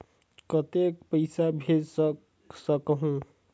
कतेक पइसा भेज सकहुं?